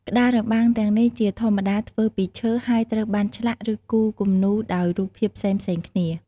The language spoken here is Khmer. ក្តារបាំងទាំងនេះជាធម្មតាធ្វើពីឈើ ហើយត្រូវបានឆ្លាក់ ឬគូរគំនូរដោយរូបភាពផ្សេងៗគ្នា។